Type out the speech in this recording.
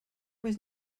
was